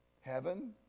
Heaven